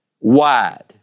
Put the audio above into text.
wide